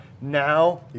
Now